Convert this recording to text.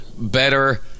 better